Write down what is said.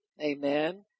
Amen